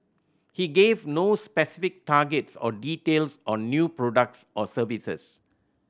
he gave no specific targets or details on new products or services